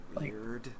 weird